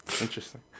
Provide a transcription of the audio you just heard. Interesting